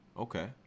okay